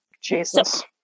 jesus